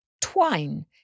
twine